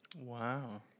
Wow